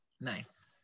nice